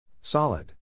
Solid